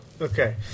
okay